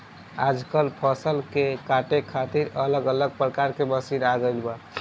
आजकल फसल के काटे खातिर अलग अलग प्रकार के मशीन आ गईल बा